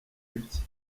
ibye